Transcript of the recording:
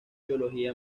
biología